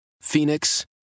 Phoenix